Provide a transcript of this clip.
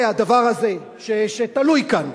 זה, הדבר הזה, שתלוי כאן,